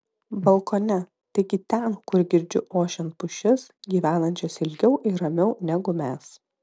balkone taigi ten kur girdžiu ošiant pušis gyvenančias ilgiau ir ramiau negu mes